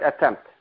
attempt